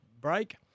break